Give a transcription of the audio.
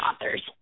authors